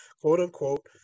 quote-unquote